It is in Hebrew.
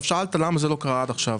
שאלת למה זה לא קרה עד עכשיו